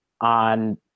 on